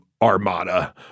armada